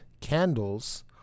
candles